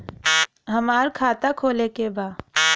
हमार खाता खोले के बा?